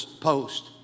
post